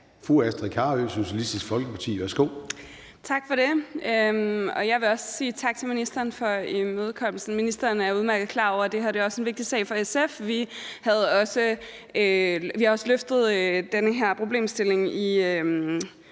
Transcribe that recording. Fru Astrid Carøe, Socialistisk Folkeparti. Værsgo. Kl. 10:37 Astrid Carøe (SF): Tak for det. Jeg vil også sige tak til ministeren for imødekommelsen. Ministeren er udmærket klar over, at det her også er en vigtig sag for SF. Vi har også løftet den her problemstilling i